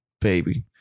Baby